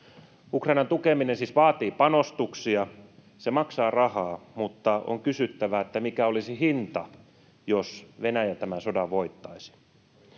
Ukrainan tukeminen siis vaatii panostuksia, se maksaa rahaa, mutta on kysyttävä, mikä olisi hinta, jos Venäjä tämän sodan voittaisi.